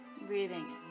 breathing